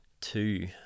two